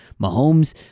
Mahomes